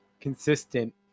consistent